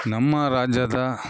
ನಮ್ಮ ರಾಜ್ಯದ